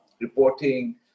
reporting